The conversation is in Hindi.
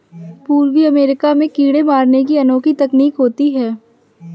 पूर्वी अमेरिका में कीड़े मारने की अनोखी तकनीक होती है